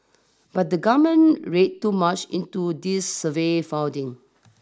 but the government read too much into these survey finding